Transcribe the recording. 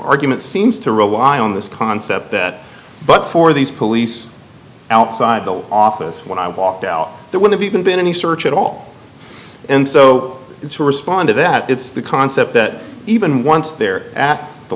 argument seems to rely on this concept that but for these police outside the office when i walked out there would have even been any search at all and so to respond to that it's the concept that even once they're at the